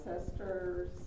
ancestors